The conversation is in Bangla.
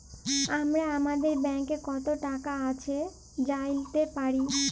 আমরা আমাদের ব্যাংকে কত টাকা আছে জাইলতে পারি